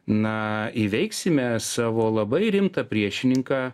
na įveiksime savo labai rimtą priešininką